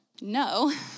no